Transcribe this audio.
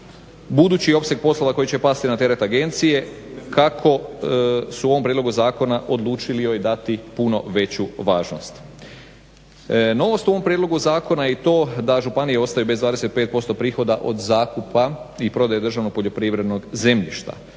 budući opseg poslova koji će pasti na teret agencije kako su u ovom prijedlogu zakona odlučili joj dati puno veću važnost. Novost u ovom prijedlogu zakona je to da županije ostaju bez 25% prihoda od zakupa i prodaje državnog poljoprivrednog zemljišta.